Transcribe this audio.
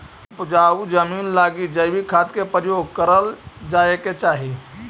उपजाऊ जमींन लगी जैविक खाद के प्रयोग करल जाए के चाही